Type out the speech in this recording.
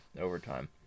overtime